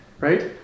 right